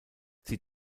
sie